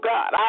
God